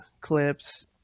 clips